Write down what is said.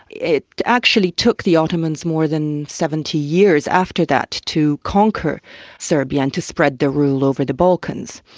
it actually took the ottomans more than seventy years after that to to conquer serbia and to spread the rule over the balkans.